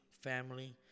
family